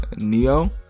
Neo